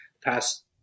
past